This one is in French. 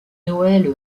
noëlle